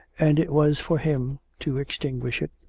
and it was for him to extinguish it.